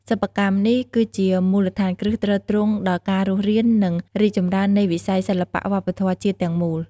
សិប្បកម្មនេះគឺជាមូលដ្ឋានគ្រឹះទ្រទ្រង់ដល់ការរស់រាន និងរីកចម្រើននៃវិស័យសិល្បៈវប្បធម៌ជាតិទាំងមូល។